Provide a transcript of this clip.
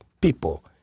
people